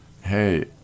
hey